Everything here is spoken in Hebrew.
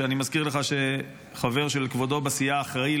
ואני מזכיר לך שחבר של כבודו בסיעה אחראי,